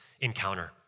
encounter